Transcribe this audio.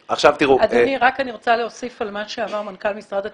אני רוצה להוסיף על מה שאמר מנכ"ל משרד התקשורת.